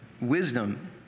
wisdom